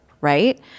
right